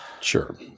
Sure